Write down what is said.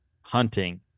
hunting